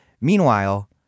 Meanwhile